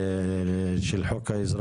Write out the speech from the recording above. הסברים פוליטיים,